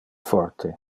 forte